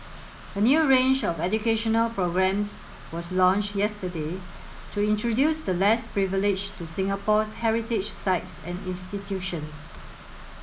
a new range of educational programmes was launched yesterday to introduce the less privileged to Singapore's heritage sites and institutions